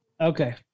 Okay